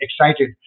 excited